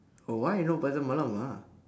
oh why no pasar malam lah